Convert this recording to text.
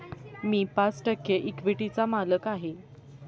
मी पाच टक्के इक्विटीचा मालक आहे